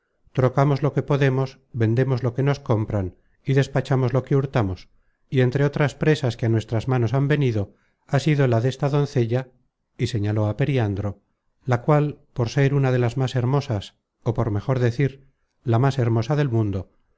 trocamos lo que podemos vendemos lo que nos compran y despachamos lo que hurtamos y entre otras presas que a nuestras manos han venido ha sido la desta doncella y señaló á periandro la cual por ser una de las más hermosas ó por mejor decir la más hermosa del mundo